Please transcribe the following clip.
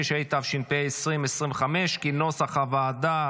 46), התשפ"ה 2025, כנוסח הוועדה.